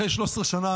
אחרי 13 שנה,